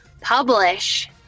publish